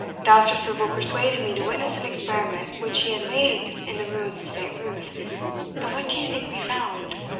dousterswivel persuaded me to witness an experiment which he had made in the ruins of st. ruth and what do you think we found?